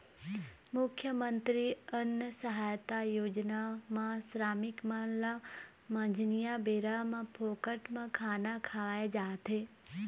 मुख्यमंतरी अन्न सहायता योजना म श्रमिक मन ल मंझनिया बेरा म फोकट म खाना खवाए जाथे